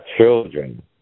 children